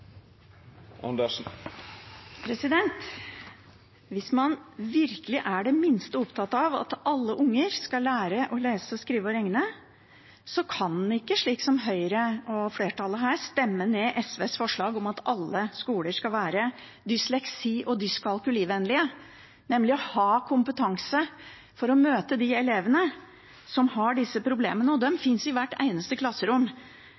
Hvis man virkelig er det minste opptatt av at alle unger skal lære å lese, skrive og regne, kan en ikke, slik som Høyre og flertallet her, stemme ned SVs forslag om at alle skoler skal være dysleksi- og dyskalkulivennlige, nemlig ha kompetanse for å møte de elevene som har disse problemene. Og de finnes i hvert eneste klasserom.